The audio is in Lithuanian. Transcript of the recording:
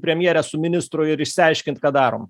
premjere su ministru ir išsiaiškint ką darom